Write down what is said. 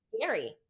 scary